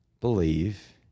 believe